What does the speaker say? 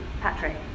Patrick